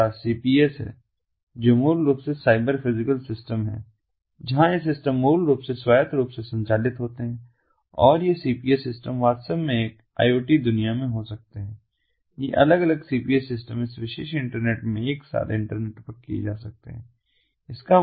हमारे पास सीपीएस है जो मूल रूप से साइबर फिजिकल सिस्टम है जहां ये सिस्टम मूल रूप से स्वायत्त रूप से संचालित होते हैं और ये सीपीएस सिस्टम वास्तव में एक IoT दुनिया में हो सकते हैं ये अलग अलग सीपीएस सिस्टम इस विशेष इंटरनेट में एक साथ इंटरनेटवर्क किये जा सकते हैं